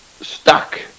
stuck